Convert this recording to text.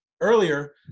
earlier